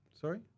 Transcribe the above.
Sorry